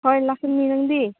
ꯍꯣꯏ ꯂꯥꯛꯀꯅꯤ ꯅꯪꯗꯤ